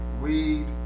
weed